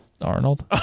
Arnold